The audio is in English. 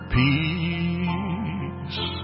peace